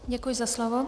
Děkuji za slovo.